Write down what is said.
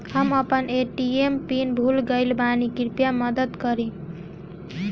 हम अपन ATM PIN भूल गएल बानी, कृपया मदद करीं